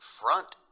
front